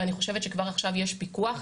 ואני חושבת שכבר עכשיו יש פיקוח.